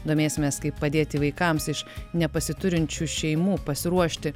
domėsimės kaip padėti vaikams iš nepasiturinčių šeimų pasiruošti